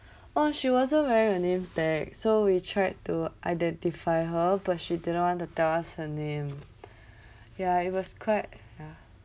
oh she wasn't wearing a name tag so we tried to identify her but she didn't want to tell us her name ya it was quite ya